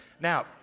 now